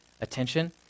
attention